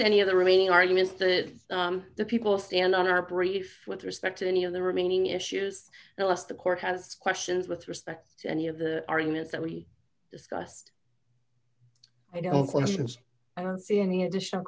to any of the remaining arguments the the people stand on our brief with respect to any of the remaining issues unless the court has questions with respect to any of the arguments that we discussed you know inflammations i don't see any additional